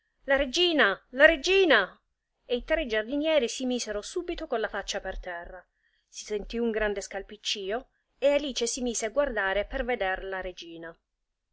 la regina la regina e i tre giardinieri si misero subito con la faccia per terra si sentì un grande scalpiccío e alice si mise a guardare per veder la regina